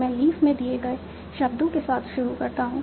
मैं लीफ में दिए गए शब्दों के साथ शुरू करता हूं